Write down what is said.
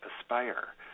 aspire